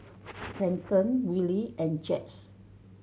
Kenton Willie and Jax